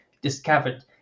discovered